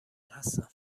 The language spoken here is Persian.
هستم